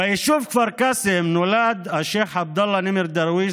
בישוב כפר קאסם נולד השייח' עבדאללה נימר דרוויש,